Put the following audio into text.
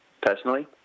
personally